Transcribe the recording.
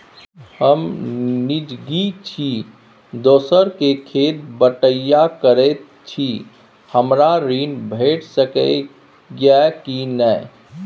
हम निजगही छी, दोसर के खेत बटईया करैत छी, हमरा ऋण भेट सकै ये कि नय?